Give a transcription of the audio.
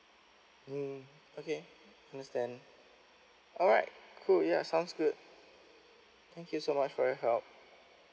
mm okay understand alright cool yeah sounds good thank you so much for your help